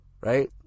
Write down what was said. right